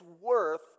worth